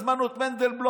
הזמנו את מנדלבלוף,